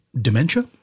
dementia